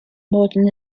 morden